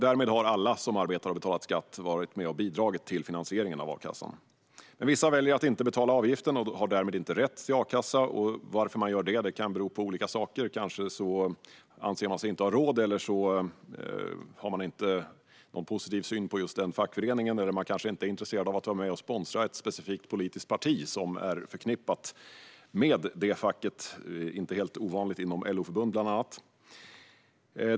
Därmed är alla som arbetar och betalar skatt med och bidrar till finansieringen av a-kassan. Vissa väljer dock att inte betala avgiften och har därmed inte rätt till akassa. Det kan bero på olika saker. Man kanske inte anser sig ha råd, kanske inte har en positiv syn på just den fackföreningen eller kanske inte är intresserad av att sponsra ett specifikt politiskt parti som är förknippat med det facket. Det är inte helt ovanligt inom LO-förbund bland annat.